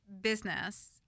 business